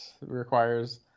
requires